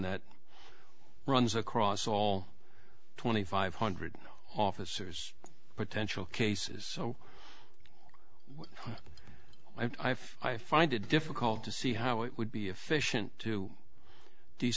that runs across all twenty five hundred officers potential cases so i've i find it difficult to see how it would be efficient to